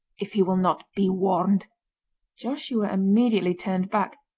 if he will not be warned joshua immediately turned back.